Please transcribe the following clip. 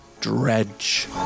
Dredge